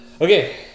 Okay